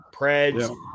Preds